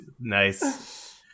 Nice